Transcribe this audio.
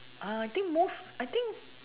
uh I think most I think